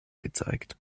gezeigt